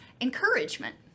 encouragement